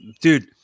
dude